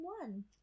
one